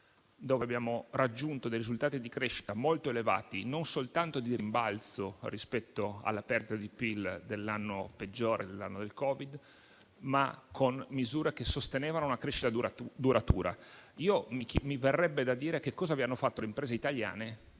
abbiamo raggiunto dei risultati di crescita molto elevati, non soltanto di rimbalzo rispetto alla perdita di PIL nell'anno peggiore, quello del Covid-19, ma con misure che sostenevano una crescita duratura. Mi verrebbe da chiedervi cosa vi abbiano fatto le imprese italiane,